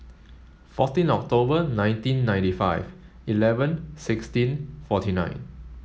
fourteen October nineteen ninety five eleven sixteen forty nine